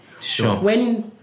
Sure